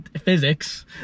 physics